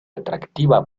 atractiva